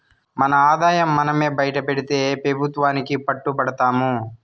మన ఆదాయం మనమే బైటపెడితే పెబుత్వానికి పట్టు బడతాము